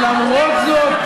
ולמרות זאת,